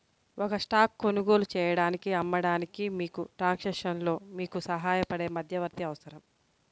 ఒక స్టాక్ కొనుగోలు చేయడానికి, అమ్మడానికి, మీకు ట్రాన్సాక్షన్లో మీకు సహాయపడే మధ్యవర్తి అవసరం